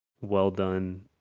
well-done